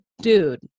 dude